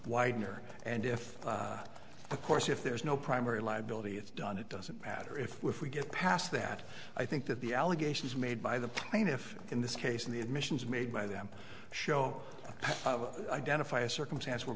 weidner and if the course if there is no primary liability it's done it doesn't matter if we get past that i think that the allegations made by the plaintiff in this case and the admissions made by them show identify a circumstance where